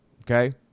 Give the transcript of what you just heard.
Okay